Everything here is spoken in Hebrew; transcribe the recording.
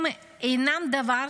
הם אינם דבר